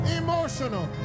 emotional